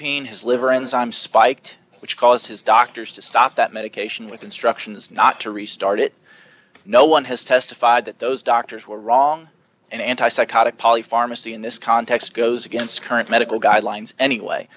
pain his liver enzymes spiked which caused his doctors to stop that medication with instructions not to restart it no one has testified that those doctors were wrong and anti psychotic poly pharmacy in this context goes against current medical guidelines anyway